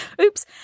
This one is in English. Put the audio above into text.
Oops